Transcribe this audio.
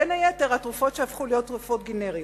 בין היתר התרופות שהפכו להיות תרופות גנריות,